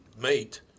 mate